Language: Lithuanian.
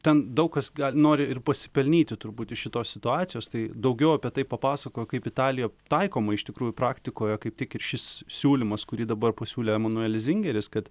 ten daug kas nori ir pasipelnyti turbūt iš šitos situacijos tai daugiau apie tai papasakojo kaip italijoje taikoma iš tikrųjų praktikoje kaip tik ir šis siūlymas kurį dabar pasiūlė emanuelis zingeris kad